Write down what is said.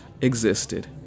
existed